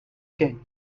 king